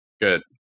Good